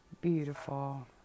Beautiful